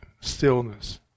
stillness